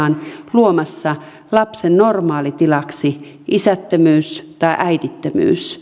luomassa lapsen normaalitilaksi isättömyys tai äidittömyys